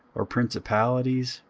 or principalities,